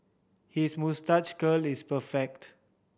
his moustache curl is perfect